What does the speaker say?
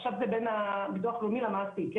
עכשיו זה בין המוסד לביטוח לאומי לבין המעסיק,